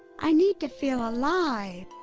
i need to feel alive.